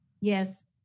Yes